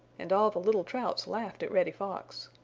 and all the little trouts laughed at reddy fox.